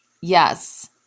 Yes